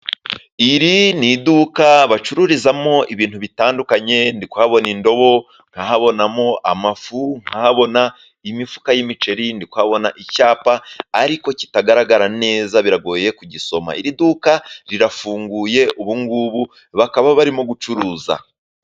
iri ni iduka bacururizamo ibintu bitandukanye , ndikubona indobo nkahabonamo amafu ,nkabona imifuka y'imiceri, ndi kubona icyapa ariko kitagaragara neza ,biragoye kugisoma . Iri duka rirafunguye , ubungubu bakaba barimo gucuruza.